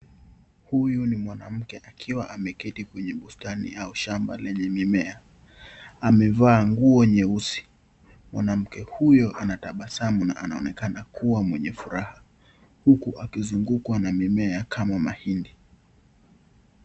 Huyu ni mwanamke akiwa ameketi kwenye bustani au shamba lenye mimea . Amevaa nguo nyeusi . Mwanamke huyo anatabasamu na anaonekana kuwa mwenye furaha huku akizungukwa na mimea kama mahindi.